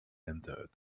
entered